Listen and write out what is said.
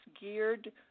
geared